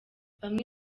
bamwe